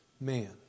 man